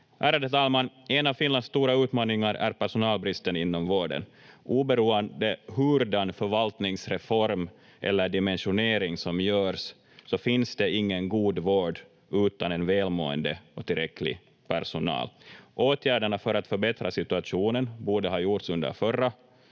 Ärade talman! En av Finlands stora utmaningar är personalbristen inom vården. Oberoende av hurdan förvaltningsreform eller dimensionering som görs så finns det ingen god vård utan en välmående och tillräcklig personal. Åtgärderna för att förbättra situationen borde ha gjorts under förra